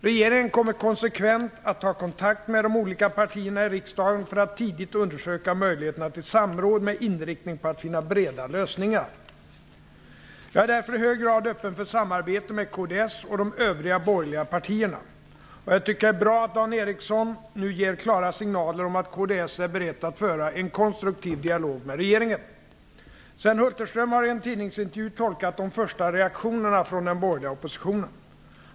Regeringen kommer konsekvent att ta kontakt med de olika partierna i riksdagen för att tidigt undersöka möjligheterna till samråd med inriktning på att finna breda lösningar. Jag är därför i hög grad öppen för samarbete med kds och de övriga borgerliga partierna. Och jag tycker att det är bra att Dan Ericsson nu ger klara signaler om att kds är berett att föra en konstruktiv dialog med regeringen. Sven Hulterström har i en tidningsintervju tolkat de första reaktionerna från den borgerliga oppositionen.